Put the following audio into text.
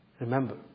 Remember